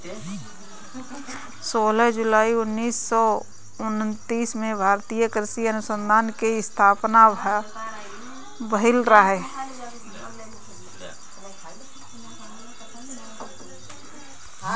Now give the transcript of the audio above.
सोलह जुलाई उन्नीस सौ उनतीस में भारतीय कृषि अनुसंधान के स्थापना भईल रहे